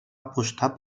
apostar